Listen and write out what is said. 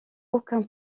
aucun